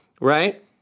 right